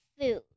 food